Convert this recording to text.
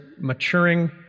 maturing